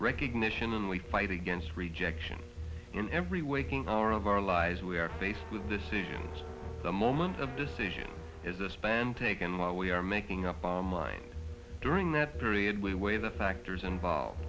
recognition and we fight against rejection in every waking hour of our lives we are faced with decisions the moment of decision is the span taken while we are making up online during that period we weigh the factors involved